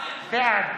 בעד